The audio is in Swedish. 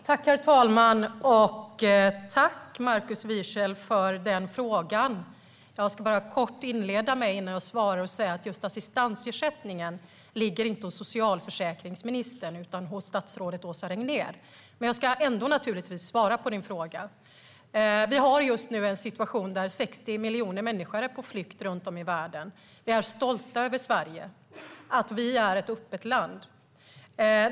Herr talman! Jag tackar Markus Wiechel för frågan. Innan jag svarar på den ska jag kortfattat inleda med att säga att just assistansersättningen inte ligger hos socialförsäkringsministern utan hos statsrådet Åsa Regnér. Men jag ska naturligtvis ändå svara på Markus Wiechels fråga. Vi har just nu en situation där 60 miljoner människor är på flykt runt om i världen. Vi är stolta över Sverige och att Sverige är ett öppet land.